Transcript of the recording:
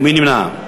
מי נמנע?